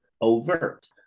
overt